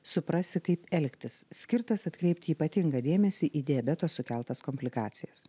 suprasi kaip elgtis skirtas atkreipti ypatingą dėmesį į diabeto sukeltas komplikacijas